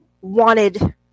wanted